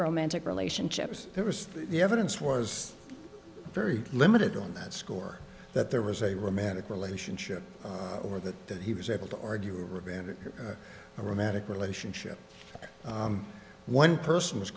romantic relationships there was the evidence was very limited on that score that there was a romantic relationship or that that he was able to argue or abandon a romantic relationship one person was